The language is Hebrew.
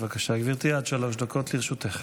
גברתי, עד שלוש דקות לרשותך.